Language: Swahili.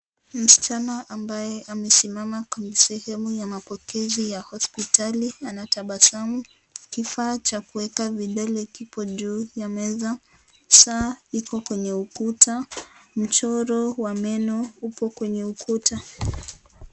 Msichana ambaye amesimama kwenye sehemu ya mapokezi ya hospitali anatabasamu, kifaa cha kuweka vidole kipo juu ya meza, saa iko kwenye ukuta, mchoro wa meno upo kwenye ukuta.